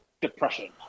depression